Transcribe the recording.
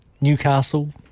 Newcastle